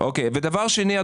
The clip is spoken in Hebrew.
דבר שני,